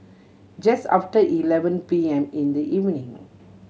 just after eleven P M in the evening